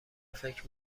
فکر